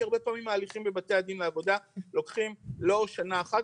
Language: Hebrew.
כי הרבה פעמים ההליכים בבתי הדין לעבודה לוקחים לא שנה אחת,